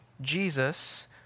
Jesus